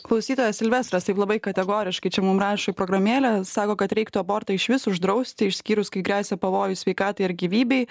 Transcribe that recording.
klausytojas silvestras taip labai kategoriškai čia mum rašo į programėlę sako kad reiktų abortą išvis uždrausti išskyrus kai gresia pavojus sveikatai ar gyvybei